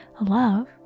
Love